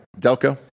Delco